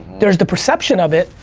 there's the perception of it,